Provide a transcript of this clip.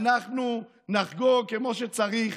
אנחנו נחגוג כמו שצריך.